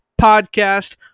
Podcast